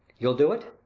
you'll do it?